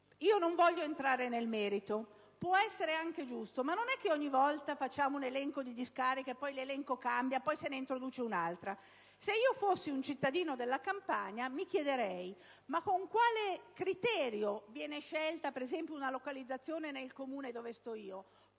Non voglio entrare nel merito, può essere anche giusto, ma non è che ogni vota possiamo fare un elenco di discariche, poi l'elenco cambia e se ne introduce una nuova. Se fossi un cittadino della Campania mi chiederei: con quale criterio viene scelta una localizzazione nel mio Comune?